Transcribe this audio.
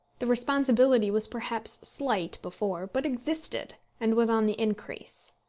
the responsibility was perhaps slight before but existed, and was on the increase.